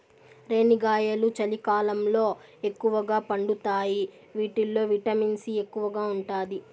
రేణిగాయాలు చలికాలంలో ఎక్కువగా పండుతాయి వీటిల్లో విటమిన్ సి ఎక్కువగా ఉంటాది